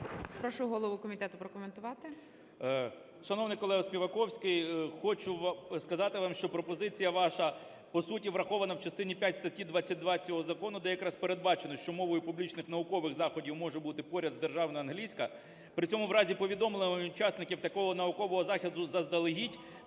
Прошу голову комітету прокоментувати. 11:17:07 КНЯЖИЦЬКИЙ М.Л. Шановний колего Співаковський, хочу сказати вам, що пропозиція ваша по суті врахована в частині п'ять статті 22 цього закону, де якраз передбачено, що мовою публічних наукових заходів може бути поряд з державною англійська. При цьому в разі повідомлення учасників такого наукового заходу заздалегідь